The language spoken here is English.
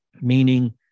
Meaning